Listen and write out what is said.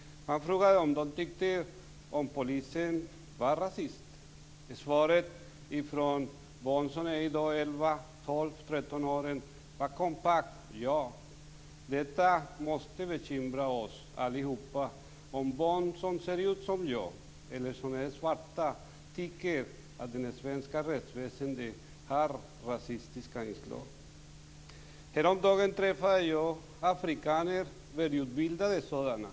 Man frågade om de tyckte att polisen var rasister. Svaret från barnen, som i dag är 11-13 år, var kompakt: Ja. Det måste bekymra oss alla om barn som ser ut som jag eller är svarta tycker att det svenska rättsväsendet har rasistiska inslag. Härom dagen träffade jag några afrikaner, välutbildade sådana.